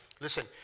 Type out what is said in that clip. Listen